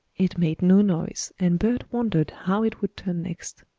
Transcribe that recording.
it made no noise and bert wondered how it would turn next.